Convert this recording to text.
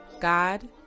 God